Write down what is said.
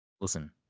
Listen